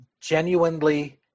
genuinely